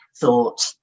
Thought